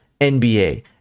NBA